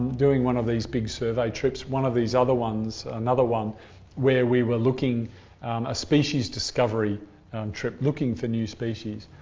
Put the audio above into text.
doing one of these big survey trips, one of these other ones, another one where we were looking a species discovery trip looking for new species.